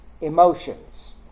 emotions